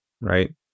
right